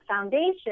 foundation